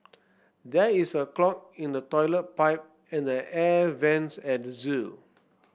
there is a clog in the toilet pipe and the air vents at the zoo